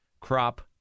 crop